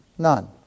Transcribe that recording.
None